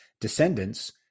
descendants